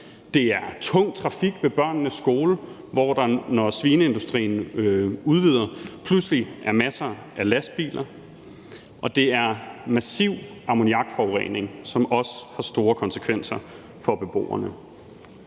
Det er tung trafik ved børnenes skole, hvor der, når svineindustrien udvider, pludselig er masser af lastbiler, og det er massiv ammoniakforurening, som også har store konsekvenser for beboerne.